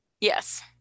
Yes